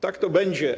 Tak to będzie.